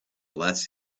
less